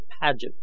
pageant